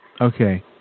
Okay